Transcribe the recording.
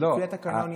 לפי התקנון,